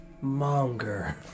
Monger